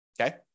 Okay